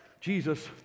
jesus